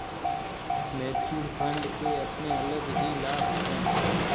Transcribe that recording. mutual fund के अपने अलग ही लाभ हैं